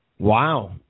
Wow